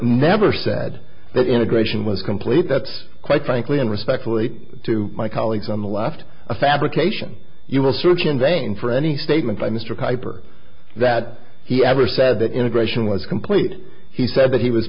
never said that integration was complete that's quite frankly and respectfully to my colleagues on the left a fabrication you will search in vain for any statement by mr piper that he ever said that integration was completed he said that he was